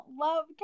love